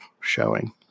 showing